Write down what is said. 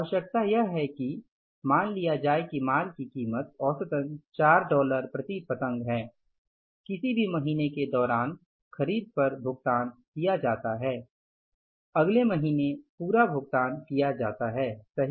आवश्यकता यह है कि मान लिया जाये कि माल की कीमत औसतन 4 डॉलर प्रति पतंग है किसी भी महीने के दौरान खरीद पर भुगतान किया जाता है अगले महीने पूरा भुगतान किया जाता है सही